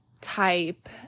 type